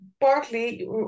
Partly